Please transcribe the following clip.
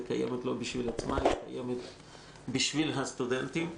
היא קיימת לא בשביל עצמה, אלא בשביל הסטודנטים.